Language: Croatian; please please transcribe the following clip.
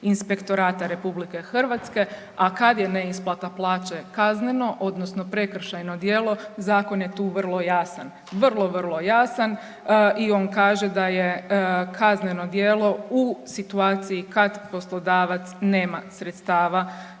inspektorata RH, a kad je neisplata plaće kazneno odnosno prekršajno djelo, zakon je tu vrlo jasan. Vrlo, vrlo jasan i on kaže da je kazneno djelo u situaciji kad poslodavac nema sredstava